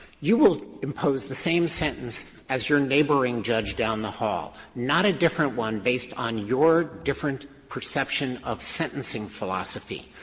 you will impose the same sentence as your neighboring judge down the hall, not a different one based on your different perception of sentencing philosophy.